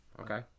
Okay